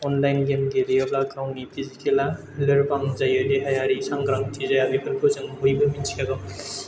online game गेलेयोबा गावनि फिजिकेलआ लोरबां जायो देहायारि सांग्रांथि जाया बेफोरखौ जों बयबो मिथिखागौ